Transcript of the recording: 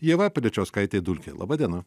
ieva piličiauskaitė dulkė laba diena